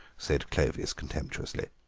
said clovis contemptuously.